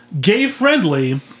gay-friendly